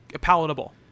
palatable